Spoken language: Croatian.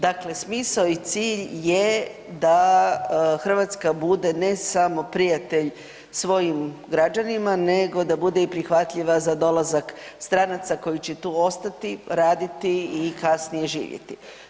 Dakle, smisao i cilj je da Hrvatska bude ne samo prijatelj svojim građanima nego da bude i prihvatljiva za dolazak stranaca koji će tu ostati, raditi i kasnije živjeti.